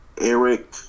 Eric